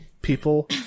people